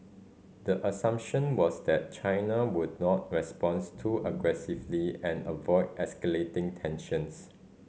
the assumption was that China would not responds too aggressively and avoid escalating tensions